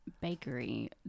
Bakery